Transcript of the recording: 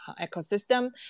ecosystem